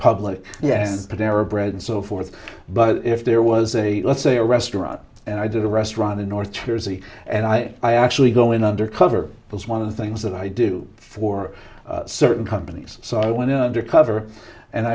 public yes but there are bread and so forth but if there was a let's say a restaurant and i did a restaurant in north jersey and i i actually go in undercover was one of the things that i do for certain companies so i went undercover and